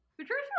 Patricia